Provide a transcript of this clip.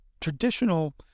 traditional